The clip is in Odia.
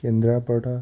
କେନ୍ଦ୍ରାପଡ଼ା